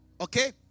Okay